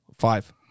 five